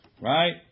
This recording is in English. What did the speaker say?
Right